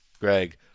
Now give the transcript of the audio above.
Greg